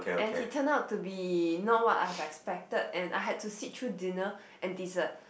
and he turn out to be not what I have expected and I had to sit through dinner and dessert